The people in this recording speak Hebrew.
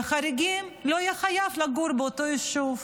חריגים, לא יהיה חייב לגור באותו יישוב.